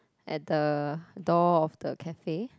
at the door of the cafe